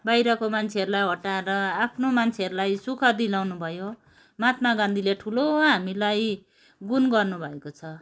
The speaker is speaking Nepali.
बाहिरको मान्छेहरूलाई हटाएर आफ्नो मान्छेहरूलाई सुख दिलाउनु भयो महात्मा गान्धीले ठुलो हामीलाई गुण गर्नु भएको छ